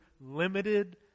limited